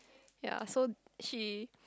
ya so she